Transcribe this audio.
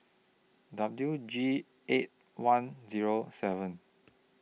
W G eight one Zero seven